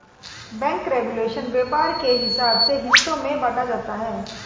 bank regulation व्यापार के हिसाब से हिस्सों में बांटा जाता है